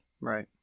right